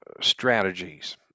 strategies